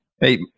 Hey